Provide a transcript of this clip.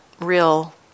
real